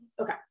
Okay